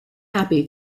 happy